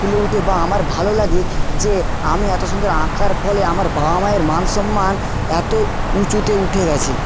ফুলে ওঠে বা আমার ভালো লাগে যে আমি এতো সুন্দর আঁকার ফলে আমার বাবা মায়ের মান সম্মান এত উঁচুতে উঠে গেছে